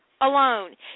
alone